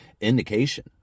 indication